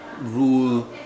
rule